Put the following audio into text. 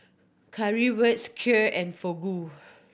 Currywurst Kheer and Fugu